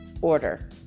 Order